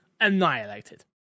annihilated